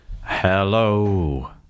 Hello